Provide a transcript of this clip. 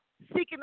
seeking